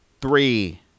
three